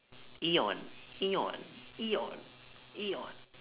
eon eon eon eon